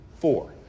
Four